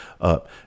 up